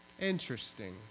Interesting